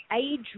age